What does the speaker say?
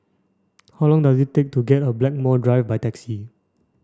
how long does it take to get a Blackmore Drive by taxi